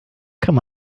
kann